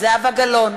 זהבה גלאון,